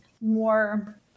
more